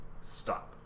stop